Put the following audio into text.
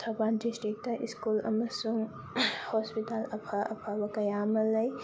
Thoubal district school ꯑꯃꯁꯨꯡ hospital ꯑꯐ ꯑꯐꯕ ꯀꯌꯥ ꯑꯃ ꯂꯩ